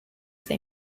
they